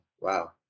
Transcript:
wow